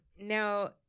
now